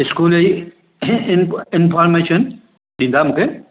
school जी information ॾींदा मूंखे